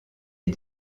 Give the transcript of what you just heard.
est